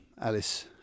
Alice